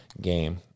game